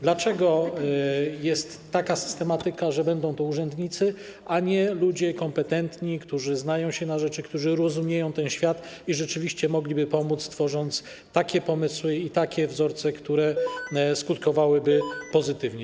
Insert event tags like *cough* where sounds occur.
Dlaczego jest taka systematyka, że będą to urzędnicy, a nie ludzie kompetentni, którzy znają się na rzeczy, którzy rozumieją ten świat i rzeczywiście mogliby pomóc, tworząc takie pomysły i takie wzorce, które *noise* skutkowałyby pozytywnie?